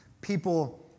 people